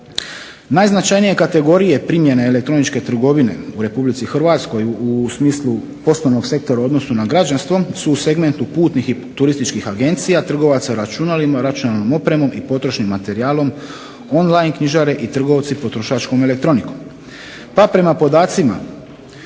Najznačajnije kategorije primjene elektroničke trgovine u Republici Hrvatskoj u smislu poslovnog sektora u odnosu na građanskom su segmentu putnih i turističkih agencija, trgovaca računalima, računalnom opremom i potrošnim materijalom, online knjižare i trgovci potrošačkom elektronikom.